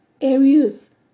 areas